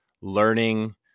learning